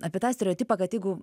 apie tą stereotipą kad jeigu